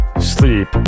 sleep